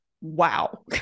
wow